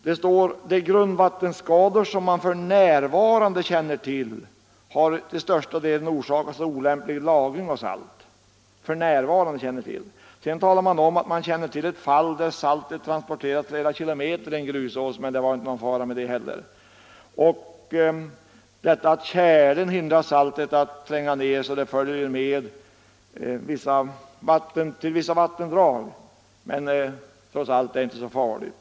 Där står bl.a.: ”De grundvattenskador, som man f. n. känner till, har till största delen orsakats av olämplig lagring av salt.” Sedan talas det om att man känner till ett fall där saltet transporterats flera kilometer i en grusås, men det var inte någon fara med det heller. Det framhålles att saltet normalt följer med smältvattnet till närmaste vattendrag, men eftersom tjälen hindrar saltet från att tränga ner så är det trots allt inte så farligt.